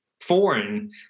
foreign